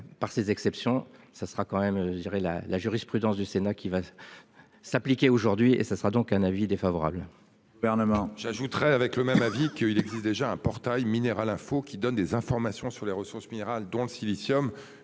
par ces exceptions ça sera quand même je dirais la la jurisprudence du Sénat qui va. S'appliquer aujourd'hui et ce sera donc un avis défavorable.